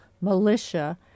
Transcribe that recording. militia